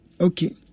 Okay